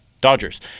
Dodgers